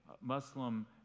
Muslim